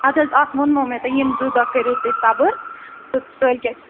اَدٕ حظ اَتھ ووٚمو مےٚ تۄہہِ یِم زٕ دۄہ کٔرِو تُہۍ صبٕر تہٕ کٲلۍ کٮ۪تھ